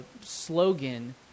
slogan